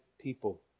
people